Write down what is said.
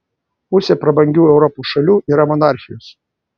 pusė prabangių europos šalių yra monarchijos